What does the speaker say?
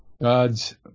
God's